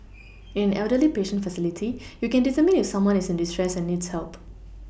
in an elderly patient facility you can determine if someone is in distress and needs help